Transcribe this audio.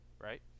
right